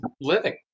living